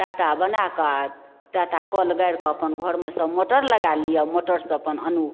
तएटा बनाए कऽ आ तएटा कल गारि कऽ अपन घरमे सब मोटर लगाए लिअ मोटरसँ अपन आनु